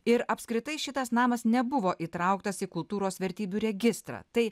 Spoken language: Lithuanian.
ir apskritai šitas namas nebuvo įtrauktas į kultūros vertybių registrą tai